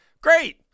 great